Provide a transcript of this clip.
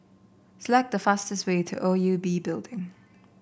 select the fastest way to O U B Building